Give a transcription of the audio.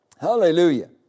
Hallelujah